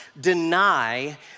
deny